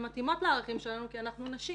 מתאימות לערכים שלנו כי אנחנו נשים.